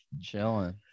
Chilling